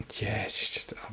yes